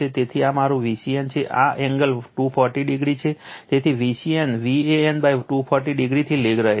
તેથી આ મારું Vcn છે આ એંગલ 240 o છે તેથી Vcn Van240 o થી લેગ રહે છે